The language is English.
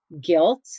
guilt